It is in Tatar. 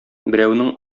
берәүнең